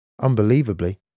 Unbelievably